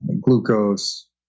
glucose